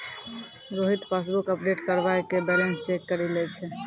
Rohit passbook update करबाय के balance check करि लै छै